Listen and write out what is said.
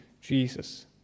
Jesus